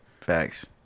Facts